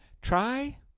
Try